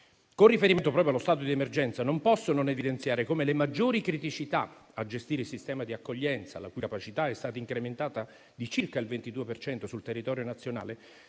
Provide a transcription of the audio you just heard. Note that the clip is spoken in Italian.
Con riferimento proprio allo stato di emergenza, non posso non evidenziare come le maggiori criticità a gestire il sistema di accoglienza, la cui capacità è stata incrementata di circa il 22 per cento sul territorio nazionale,